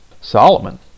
Solomon